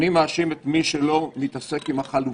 אני השתכנתי שצריך לקיים דיון עמוק בהסדר הכולל.